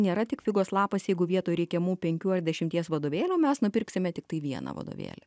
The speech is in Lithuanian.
nėra tik figos lapas jeigu vietoj reikiamų penkių ar dešimties vadovėlių mes nupirksime tiktai vieną vadovėlį